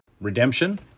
redemption